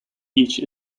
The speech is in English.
each